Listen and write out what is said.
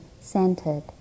centered